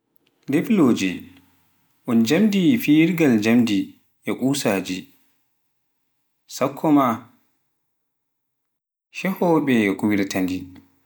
ndiflooje, un jammdi fiiyirngal njammɗe e kusaaji, sakkooma, cehoowobe kuwirta ndi.